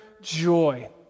joy